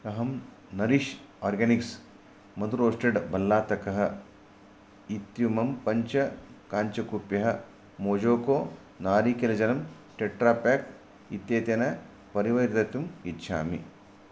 अहं nourish organics मधु roasted भल्लातकः इत्युमं पञ्चकाञ्चुकुप्यः मोजोको नारिकेलजलम् टेट्रापेक् इत्येतेन परिवेतेतुं इच्छामि